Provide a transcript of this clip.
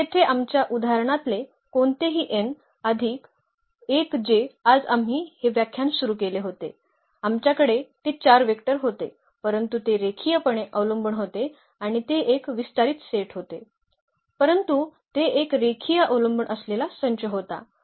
तर येथे आमच्या उदाहरणातले कोणतेही n अधिक 1 जे आज आम्ही हे व्याख्यान सुरू केले होते आमच्याकडे ते 4 वेक्टर होते परंतु ते रेखीयपणे अवलंबून होते आणि ते एक विस्तारित सेट होते परंतु ते एक रेखीय अवलंबून असलेला संच होता